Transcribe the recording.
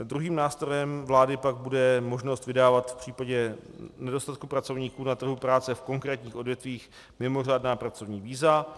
Druhým nástrojem vlády pak bude možnost vydávat v případě nedostatku pracovníků na trhu práce v konkrétních odvětvích mimořádná pracovní víza.